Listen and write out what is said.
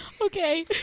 Okay